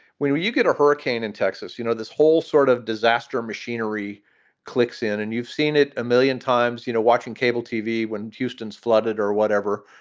when you you get a hurricane in texas, you know, this whole sort of disaster machinery clicks in and you've seen it a million times, you know, watching cable tv when houston's flooded or whatever.